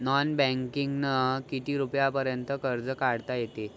Non बँकिंगनं किती रुपयापर्यंत कर्ज काढता येते?